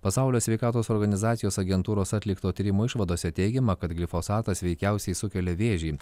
pasaulio sveikatos organizacijos agentūros atlikto tyrimo išvadose teigiama kad glifosatas veikiausiai sukelia vėžį